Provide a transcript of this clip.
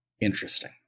interesting